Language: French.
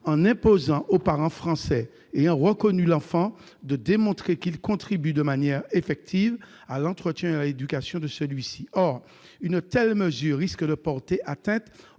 en imposant au parent français ayant reconnu l'enfant de démontrer qu'il contribue de manière effective à l'entretien et à l'éducation de celui-ci. Or, une telle mesure risque de porter atteinte